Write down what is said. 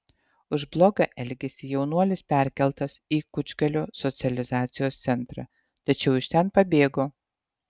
už blogą elgesį jaunuolis perkeltas į kučgalio socializacijos centrą tačiau iš ten pabėgo